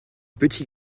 petits